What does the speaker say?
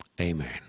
Amen